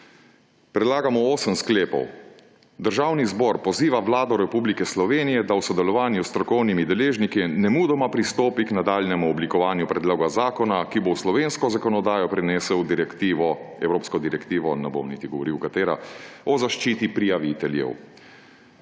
Predlagamo osem sklepov. Prvi sklep: Državni zbor poziva Vlado Republike Slovenije, da v sodelovanju s strokovnimi deležniki nemudoma pristopi k nadaljnjemu oblikovanju predloga zakona, ki bo v slovensko zakonodajo prenesel evropsko direktivo«, ne bom niti